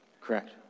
Correct